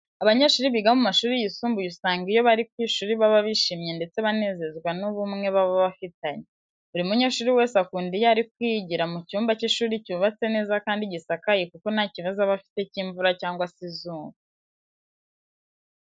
Abanyeshuri biga mu mashuri yisumbuye usanga iyo bari ku ishuri baba bishimye ndetse banezezwa n'ubumwe baba bafitanye. Buri munyeshuri wese akunda iyo ari kwigira mu cyumba cy'ishuri cyubatse neza kandi gisakaye kuko nta kibazo aba afite cy'imvura cyangwa se izuba.